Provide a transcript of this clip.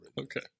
Okay